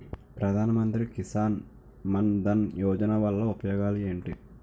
ప్రధాన మంత్రి కిసాన్ మన్ ధన్ యోజన వల్ల ఉపయోగాలు ఏంటి?